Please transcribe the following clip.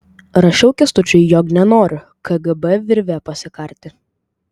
rašiau kęstučiui jog nenoriu kgb virve pasikarti